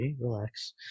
relax